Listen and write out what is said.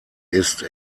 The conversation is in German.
ist